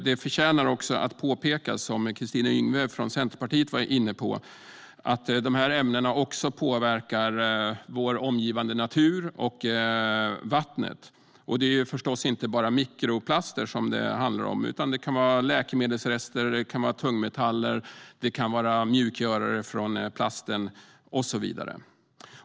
Det förtjänar också att påpekas, som Kristina Yngwe från Centerpartiet var inne på, att dessa ämnen också påverkar vår omgivande natur och vattnet. Det handlar förstås inte bara om mikroplaster, utan det kan vara läkemedelsrester, tungmetaller, mjukgörare från plasten och så vidare.